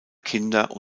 kinder